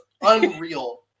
unreal